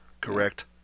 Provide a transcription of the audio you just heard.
Correct